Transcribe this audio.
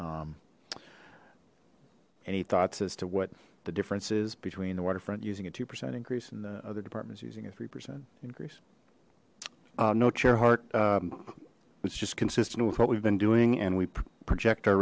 any thoughts as to what the difference is between the waterfront using a two percent increase in the other departments using a three percent increase no chair heart it's just consistent with what we've been doing and we project